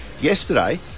yesterday